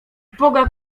boga